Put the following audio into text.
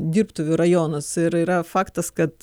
dirbtuvių rajonas ir yra faktas kad